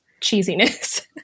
cheesiness